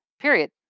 Period